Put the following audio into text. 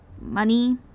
money